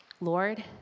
Lord